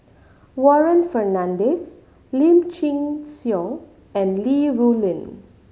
Warren Fernandez Lim Chin Siong and Li Rulin